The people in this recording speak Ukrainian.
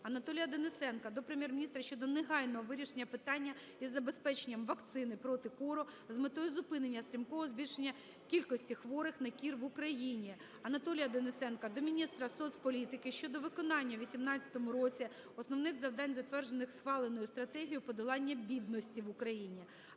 Анатолія Денисенка до Прем'єр-міністра щодо негайного вирішення питання із забезпеченням вакцини проти кору з метою зупинення стрімкого збільшення кількості хворих на кір в Україні. Анатолія Денисенка до міністрасоцполітики щодо виконання у 18-му році основних завдань затверджених схваленою Стратегією подолання бідності в Україні.